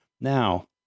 Now